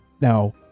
Now